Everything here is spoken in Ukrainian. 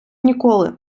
ніколи